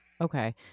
okay